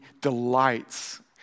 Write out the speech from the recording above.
delights